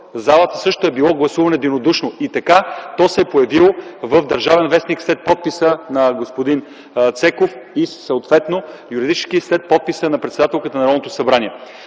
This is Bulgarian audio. залата също е било гласувано единодушно. И така то се е появило в “Държавен вестник” след подписа на господин Цеков и съответно юридически след подписа на председателката на Народното събрание.